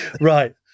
Right